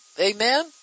Amen